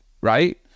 right